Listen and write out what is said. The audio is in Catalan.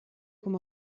com